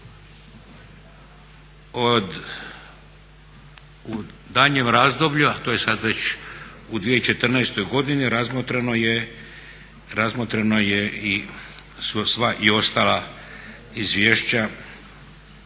U daljnjem razdoblju, a to je sad već u 2014. godini, razmotrena su i sva ostala izvješća